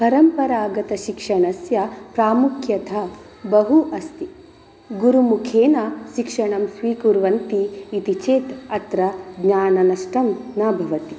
परम्परागतशिक्षणस्य प्रामुख्यता बहु अस्ति गुरुमुखेन शिक्षणं स्वीकुर्वन्ति इति चेत् अत्र ज्ञाननष्टं न बिभर्ति